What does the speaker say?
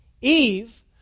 Eve